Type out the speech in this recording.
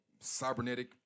Cybernetic